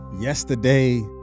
yesterday